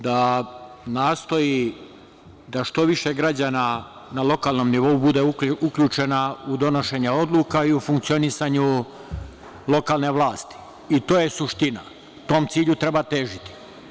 Da nastoji da što više građana na lokalnom nivou bude uključeno u donošenje odluka i u funkcionisanje lokalne vlasti i to je suština, tom cilju treba težiti.